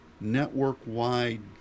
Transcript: network-wide